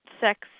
sex